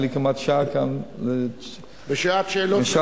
היתה לי כמעט שעה כאן -- בשעת שאלות לשר הבריאות.